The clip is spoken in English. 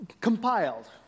compiled